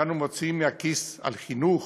שאנו מוציאים מהכיס על חינוך,